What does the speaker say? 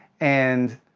and.